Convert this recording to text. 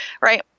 right